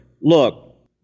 Look